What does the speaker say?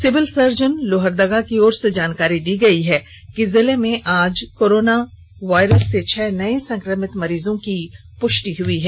civil surgeon Lohardaga की ओर से जानकारी दी गयी है कि जिले में आज कोरोना वायरस से छह नए संक्रमित मरीजों की पुष्टि हो चुकी है